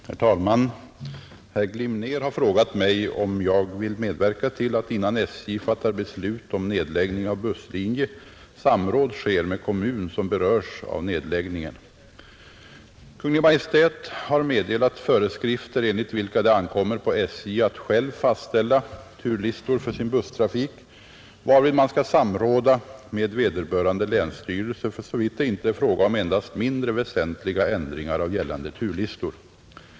Herr talman! Herr Glimnér har frågat mig om jag vill medverka till att innan SJ fattar beslut om nedläggning av busslinje samråd sker med kommun som berörs av nedläggningen. Kungl. Maj:t har meddelat föreskrifter enligt vilka det ankommer på SJ att självt fastställa turlistor för sin busstrafik, varvid man skall samråda med vederbörande länsstyrelse, för så vitt det inte är fråga om endast mindre väsentliga ändringar av gällande turlistor.